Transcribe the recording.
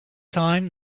time